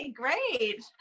great